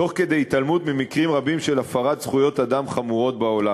תוך כדי התעלמות ממקרים רבים של הפרות זכויות אדם חמורות בעולם.